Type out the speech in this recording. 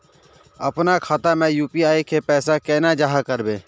अपना खाता में यू.पी.आई के पैसा केना जाहा करबे?